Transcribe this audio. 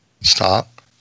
stop